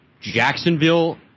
Jacksonville